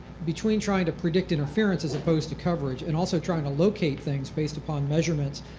between trying to predict interference as opposed to coverage, and also trying to locate things based upon measurements,